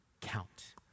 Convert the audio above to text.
count